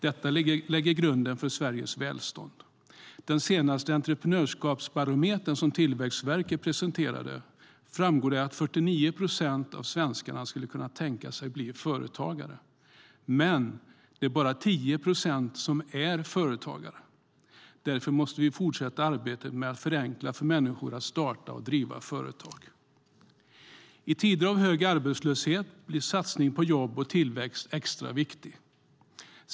Detta lägger grunden för Sveriges välstånd. I den senaste Entreprenörskapsbarometern som Tillväxtverket presenterade framgår det att 49 procent av svenskarna skulle kunna tänka sig att bli företagare - men det är bara 10 procent som är företagare. Därför måste vi fortsätta arbetet med att förenkla för människor att starta och driva företag. I tider av hög arbetslöshet blir satsningar på jobb och tillväxt extra viktiga.